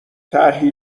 طرحی